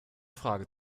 frage